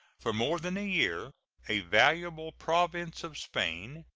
for more than a year a valuable province of spain,